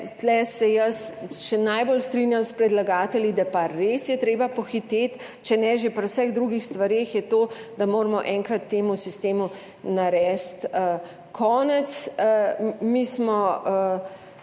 tu se jaz še najbolj strinjam s predlagatelji, da je res treba pohiteti, če ne že pri vseh drugih stvareh, je to, da moramo enkrat temu sistemu narediti konec.